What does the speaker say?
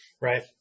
right